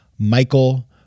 Michael